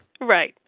Right